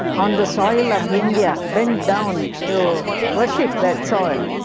on the soil of india, bent down to worship that soil.